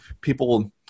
people